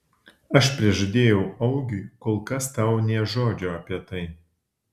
aš prižadėjau augiui kol kas tau nė žodžio apie tai